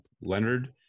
Leonard